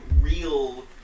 real